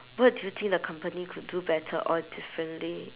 what do you think the company could do better or differently